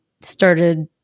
started